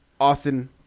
Austin